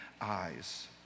eyes